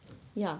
um